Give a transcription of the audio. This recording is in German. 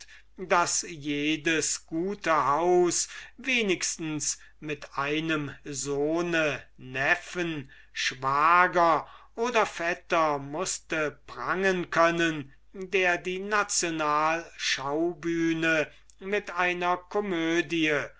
daß jedes gute haus wenigstens mit einem sohn neffen schwager oder vetter mußte prangen können der die nationalschaubühne mit einer komödie